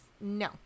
no